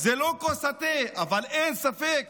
זה לא כוס התה, אבל אין ספק